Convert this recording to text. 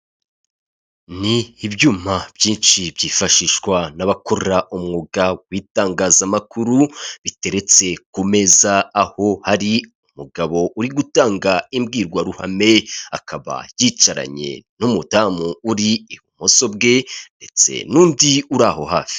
Ni ibyuma byinshi byifashishwa n'abakora umwuga w'itangazamakuru biteretse kumeza aho hari umugabo uri gutanga imbwirwaruhame akaba yicaranye n'umudamu uri ibumoso bwe ndetse n'undi uri aho hafi.